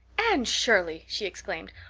anne shirley! she exclaimed,